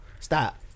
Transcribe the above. Stop